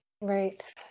Right